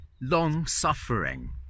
long-suffering